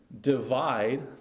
divide